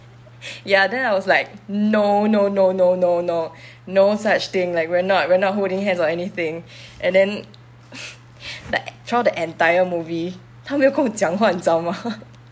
ya then I was like no no no no no no no such thing like we're not we're not holding hands or anything and then e~ throughout the entire movie 他没有跟我讲话你知道吗